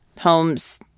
homes